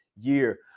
year